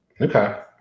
Okay